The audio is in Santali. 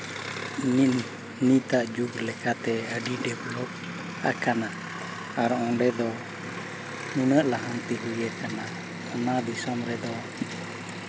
ᱱᱤᱛ ᱱᱤᱛ ᱟᱜ ᱡᱩᱜᱽ ᱞᱮᱠᱟᱛᱮ ᱟᱹᱰᱤ ᱰᱮᱵᱷᱞᱚᱯ ᱟᱠᱟᱱᱟ ᱟᱨ ᱚᱸᱰᱮ ᱫᱚ ᱩᱱᱟᱹᱜ ᱞᱟᱦᱟᱱᱛᱤ ᱦᱩᱭ ᱠᱟᱱᱟ ᱚᱱᱟ ᱫᱤᱥᱚᱢ ᱨᱮᱫᱚ